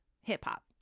hip-hop